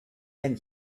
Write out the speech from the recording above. then